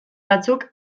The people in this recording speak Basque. batzuk